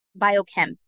biochem